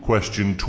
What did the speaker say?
Question